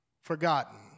Forgotten